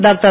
doctor